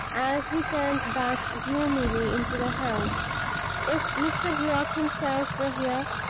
as he turned back gloomily into the house if mr. brock himself were here,